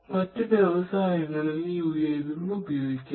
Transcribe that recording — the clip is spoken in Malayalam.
മറ്റ് വ്യവസായങ്ങളിലും യുഎവികൾ ഉപയോഗിക്കാം